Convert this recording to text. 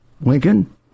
Lincoln